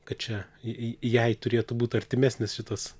kad čia jai turėtų būti artimesnis tas